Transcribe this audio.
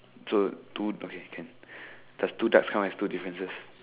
so two okay can does two ducks count as two differences